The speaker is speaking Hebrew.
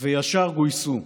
וישר גויסו: